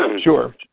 Sure